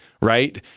Right